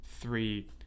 three